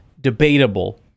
debatable